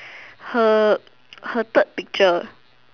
her her third picture